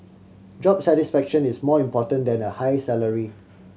job satisfaction is more important than a high salary